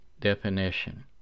definition